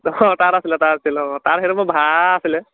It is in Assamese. অঁ তাত আছিলে তাত আছিলে অঁ তাত সেইটো মই ভাড়া আছিলে